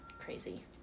crazy